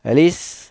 at least